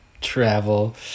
travel